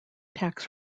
tax